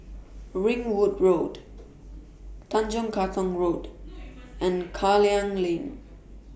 Ringwood Road Tanjong Katong Road and Klang Lane